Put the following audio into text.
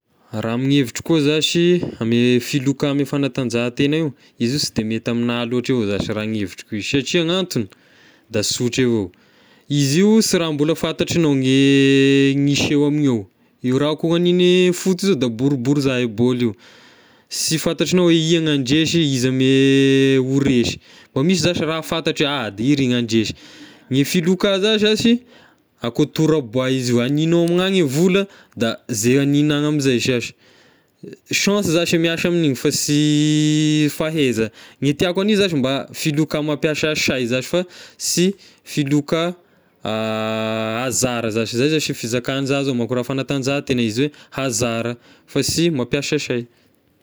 Raha amin'ny hevitro koa zashy ame filoka ame fanatanjahategna io, izy io sy da mety amigna loatra avao zashy raha ny hevitro koa izy satria gn'antony da sotra avao, izy io sy raha mbola fantatry agnao gne hiseo amin'io, io raha koa hagnin'ny foty io zao da boribory zahay bôly io, sy fantatragnao hoe ia ny handresy iza ame eh ho resy, mba misy zashy raha fantatra hoe ah da iry ny handresy, ny filoka za zashy akoa tora-boay izy io, haninao ame ny agny vola da zay hanina any amizay zashy, chance zashy e miasa amin'igny fa sy fahaiza, ny tiako hagnia zashy mba filoka mampiasa say zashy fa sy filoka anzara zashy, zay zashy fizaka za zao manko raha fanatanjahantegna izy hoe anzara fa sy mampiasa say.